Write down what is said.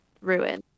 ruin